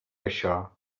això